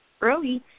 early